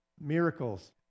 miracles